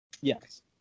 yes